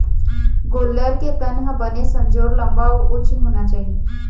गोल्लर के तन ह बने संजोर, लंबा अउ उच्च होना चाही